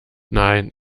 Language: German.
nein